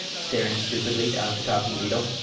staring stupidly down at the talking beetle.